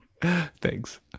Thanks